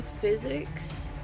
physics